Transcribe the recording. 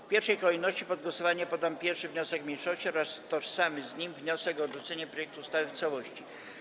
W pierwszej kolejności pod głosowanie poddam 1. wniosek mniejszości oraz tożsamy z nim wniosek o odrzucenie projektu ustawy w całości.